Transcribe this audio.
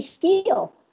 heal